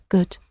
Good